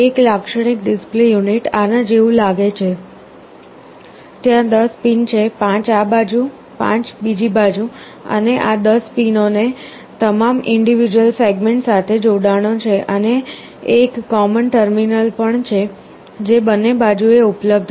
એક લાક્ષણિક display unit આના જેવું લાગે છે ત્યાં 10 પિન છે 5 આ બાજુ 5 બીજી બાજુ અને આ 10 પિનો ને તમામ ઇન્ડિવિડ્યુઅલ સેગ્મેન્ટ્સ સાથે જોડાણો છે અને એક કૉમન ટર્મિનલ પણ છે જે બંને બાજુએ ઉપલબ્ધ છે